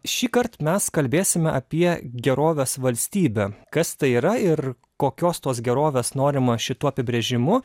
šįkart mes kalbėsime apie gerovės valstybę kas tai yra ir kokios tos gerovės norima šituo apibrėžimu